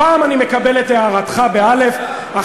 הפעם אני מקבל את הארתך, באל"ף.